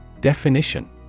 Definition